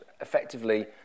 effectively